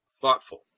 thoughtful